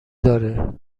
داره